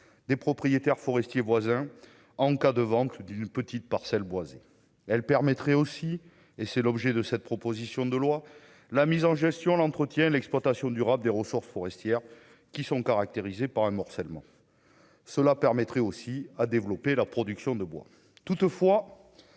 des propriétaires forestiers, voisins en cas de vente d'une petite parcelle boisée, elle permettrait aussi et c'est l'objet de cette proposition de loi, la mise en gestion l'entretien, l'exploitation durable des ressources forestières qui sont caractérisés par un morcellement cela permettrait aussi à développer la production de bois toutefois